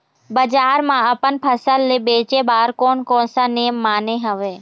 बजार मा अपन फसल ले बेचे बार कोन कौन सा नेम माने हवे?